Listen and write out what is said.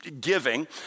giving